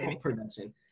production